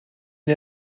neu